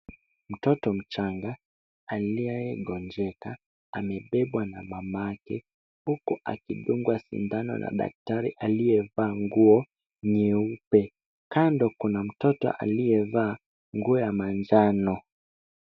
Mtoto mchanga anayegonjeka amebebwa na mamake huku akidungwa sindano na daktari aliyevaa nguo nyeupe. Kando kuna mtoto aliyevaa nguo ya manjano.